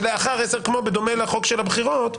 בדומה לחוק של הבחירות,